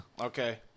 Okay